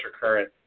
current